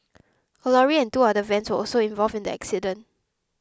a lorry and two other vans were also involved in the accident